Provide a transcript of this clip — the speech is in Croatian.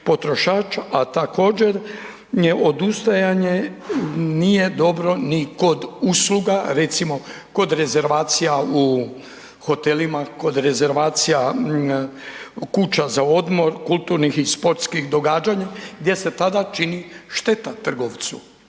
a također ne odustajanje nije dobro ni kod usluga recimo kod rezervacija u hotelima, kod rezervacija kuća za odmor, kulturnih i sportskih događanja gdje se tada čini šteta trgovcu.